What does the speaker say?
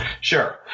Sure